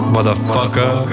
Motherfucker